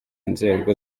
inzego